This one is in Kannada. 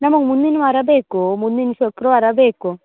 ನಮಗೆ ಮುಂದಿನ ವಾರ ಬೇಕು ಮುಂದಿನ ಶುಕ್ರವಾರ ಬೇಕು